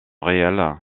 réelles